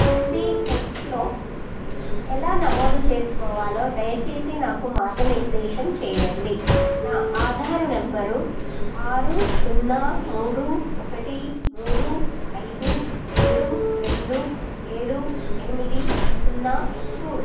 ఎన్పీఎస్లో ఎలా నమోదు చేసుకోవాలో దయచేసి నాకు మార్గనిర్దేశం చేయండి నా ఆధారు నెంబరు ఆరు సున్నా మూడు ఒకటి మూడు ఐదు ఏడు రెండు ఏడు ఎనిమిది సున్నా మూడు